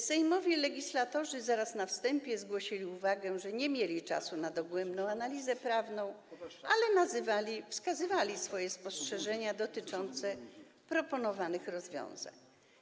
Sejmowi legislatorzy zaraz na wstępie zgłosili uwagę, że nie mieli czasu na dogłębną analizę prawną, ale przedstawiali swoje spostrzeżenia dotyczące proponowanych rozwiązań.